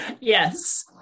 yes